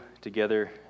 together